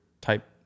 type